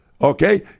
Okay